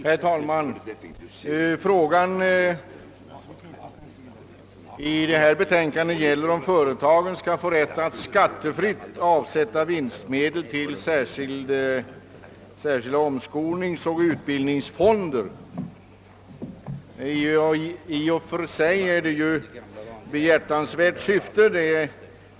Herr talman! Frågan i detta betänkande gäller om företagen skall få rätt att skattefritt avsätta vinstmedel till särskilda omskolningsoch utbildningsfonder. I och för sig är det ett behjärtansvärt syfte.